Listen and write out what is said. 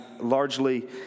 largely